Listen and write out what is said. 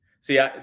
See